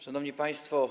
Szanowni Państwo!